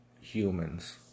humans